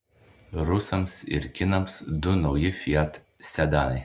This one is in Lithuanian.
rusams ir kinams du nauji fiat sedanai